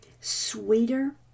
Sweeter